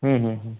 हं हं हं